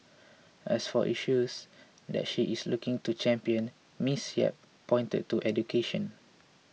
as for issues that she is looking to champion Ms Yap pointed to education